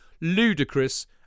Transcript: ludicrous